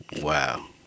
Wow